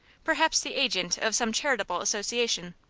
perhaps the agent of some charitable association.